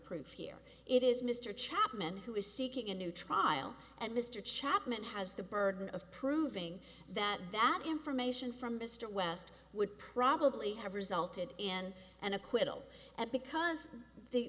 proof here it is mr chapman who is seeking a new trial and mr chapman has the burden of proving that that information from mr west would probably have resulted in an acquittal at because the